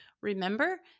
remember